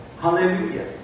Hallelujah